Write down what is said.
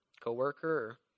coworker